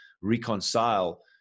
reconcile